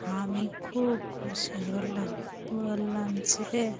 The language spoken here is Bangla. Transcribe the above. আমি খুব খুশি হলাম বললাম যে